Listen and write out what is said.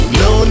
no